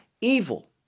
Evil